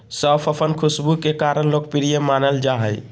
सौंफ अपन खुशबू के कारण लोकप्रिय मानल जा हइ